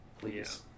Please